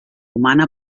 humana